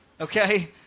okay